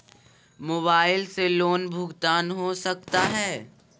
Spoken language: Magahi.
मोबाइल से लोन भुगतान हो सकता है?